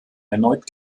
erneut